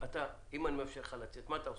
אתה, אם אני מאפשר לך לצאת, מה אתה עושה?